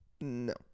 No